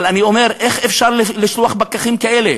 אבל אני אומר, איך אפשר לשלוח פקחים כאלה?